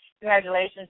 Congratulations